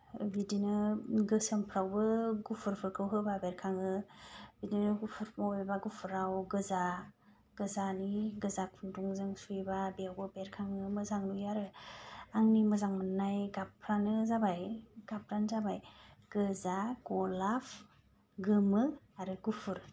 बिदिनो गोसोमफ्रावबो गुफुरफोरखौ होबा बेरखाङो बिदिनो गुफुरखौ एबा गुफुराव गोजा गोजानि गोजा खुन्दुंजों सुयोबा बेयावबो बेरखाङो मोजां नुयो आरो आंनि मोजां मोन्नाय गाबफ्रानो जाबाय गाबफ्रानो जाबाय गोजा गलाप गोमो आरो गुफुर